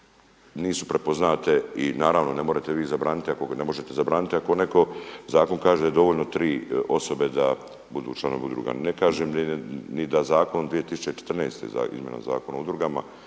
vi zabraniti ako ne možete zabraniti ako neko zakon kaže dovoljno tri osobe da budu članovi udruge. Ne kažem ni da zakon 2014. izmjena Zakona o udrugama